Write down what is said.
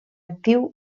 actiu